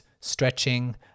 stretching